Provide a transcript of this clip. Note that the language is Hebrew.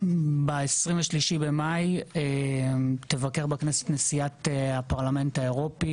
ב-23 במאי תבקר בכנסת נשיאת הפרלמנט האירופי,